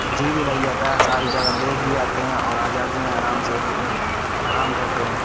جی بھی لگ جاتا ہے ساری جگہ دیکھ بھی آتے ہیں اور آ جاتے ہیں آرام سے آرام کرتے ہیں